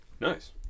nice